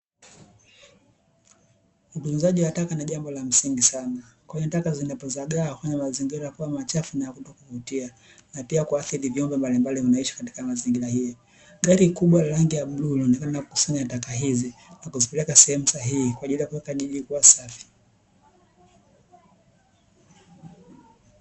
Utunzaji wa taka ni jambo la msingi sana kwenye taka zinapozagaa kufanya mazingira kama machafu na kuvutia na pia kwathiri vyombo mbalimbali unaishi katika mazingira hiyo gari kubwa rangi ya burudani ya kukusanya taka hizi na kuzipeleka sehemu sahihi kwa ajili ya kuweka safi